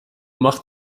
macht